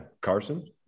Carson